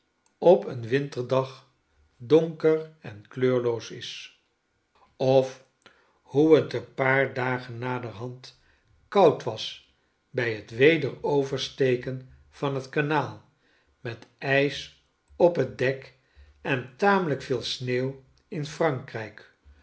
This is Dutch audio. op een winterdag donker en kleurloos is of hoe het een paar dagen naderhand koud was bij het weder oversteken van het kanaal met ijs op het dek en tamelijk veel sneeuw in frankrijk